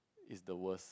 it's the worst